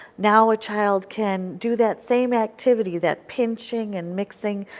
now a child can do that same activity, that pinching and mixing,